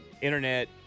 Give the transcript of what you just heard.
internet